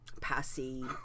Passy